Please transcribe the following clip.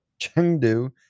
Chengdu